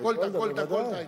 גולדה היתה.